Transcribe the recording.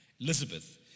Elizabeth